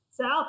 South